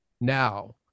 Now